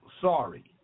Sorry